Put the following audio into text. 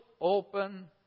open